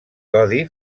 codi